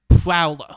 Prowler